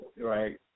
right